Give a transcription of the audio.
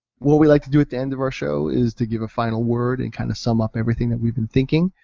what we like to do at the end of our show is to give a final word and kind of sum up everything that we've been thinking.